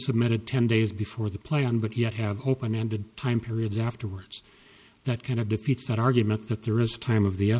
submitted ten days before the play on but yet have open ended time periods afterwards that kind of defeats that argument that there is time of the